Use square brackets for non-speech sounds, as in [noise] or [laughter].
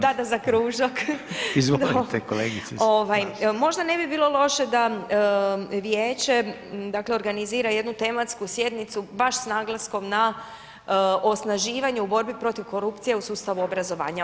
Da, da, ... [unintelligible] [[Upadica: Evo, izvolite kolegice.]] Možda ne bi bilo loše da vijeće dakle organizira jednu tematsku sjednicu baš s naglaskom na osnaživanje u borbi protiv korupcije u sustavu obrazovanja.